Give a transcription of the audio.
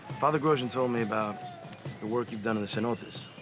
father grosjean told me about the work you've done in the cenotes.